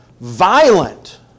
Violent